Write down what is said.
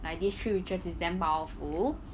like these three witches is damn powerful